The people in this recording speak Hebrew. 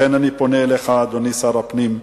לכן, אדוני שר הפנים,